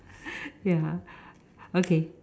ya okay